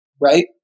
right